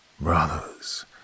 brothers